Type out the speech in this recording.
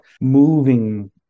moving